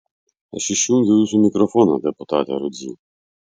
aš išjungiau jūsų mikrofoną deputate rudzy